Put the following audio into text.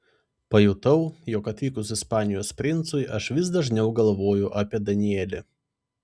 pajutau jog atvykus ispanijos princui aš vis dažniau galvoju apie danielį